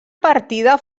partida